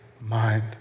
mind